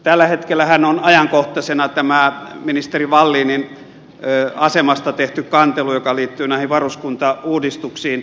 tällä hetkellähän on ajankohtaisena ministeri wallinin asemasta tehty kantelu joka liittyy varuskuntauudistuksiin